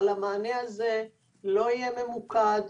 אבל המענה הזה לא יהיה ממוקד,